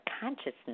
consciousness